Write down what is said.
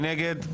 מי נגד?